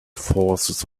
forces